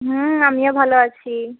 হুম আমিও ভালো আছি